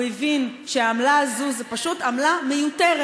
הוא הבין שהעמלה הזאת זו פשוט עמלה מיותרת.